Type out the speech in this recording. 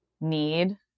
need